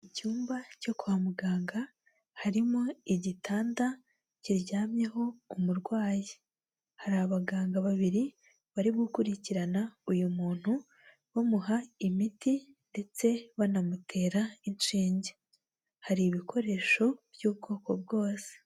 Icyumba cyo kwa muganga, harimo igitanda kiryamyeho umurwayi, hari abaganga babiri bari gukurikirana uyu muntu, bamuha imiti ndetse banamutera inshinge, hari ibikoresho by'ubwoko bwose.